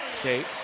State